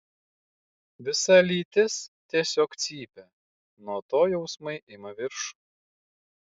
visa lytis tiesiog cypia nuo to jausmai ima viršų